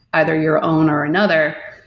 either your own or another,